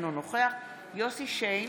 אינו נוכח יוסף שיין,